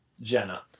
Jenna